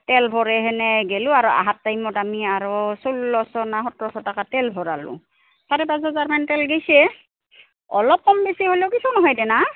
তেল ভৰে হেনে গেলোঁ আৰু অহাৰ টাইমত আমি আৰু ষোল্লশ ন সোতৰ শ টকা তেল ভৰালোঁ চাৰে পাঁচ হাজাৰমান তেল গৈছে অলপ কম বেছি হ'লেও কিছু নহয় তেনা